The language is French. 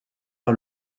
par